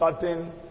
certain